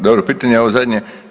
Dobro pitanje ovo zadnje.